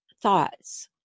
thoughts